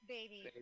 Baby